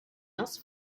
else